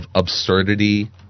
Absurdity